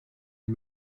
les